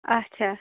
آچھا